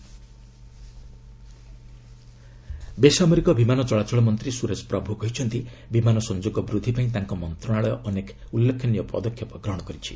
Suresh Prabhu NDA ବେସରମାରିକ ବିମାନ ଚଳାଚଳ ମନ୍ତ୍ରୀ ସୁରେଶ ପ୍ରଭୁ କହିଛନ୍ତି ବିମାନ ସଂଯୋଗ ବୃଦ୍ଧି ପାଇଁ ତାଙ୍କ ମନ୍ତ୍ରଣାଳୟ ଅନେକ ଉଲ୍ଲେଖନୀୟ ପଦକ୍ଷେପ ଗ୍ରହଣ କରିଛି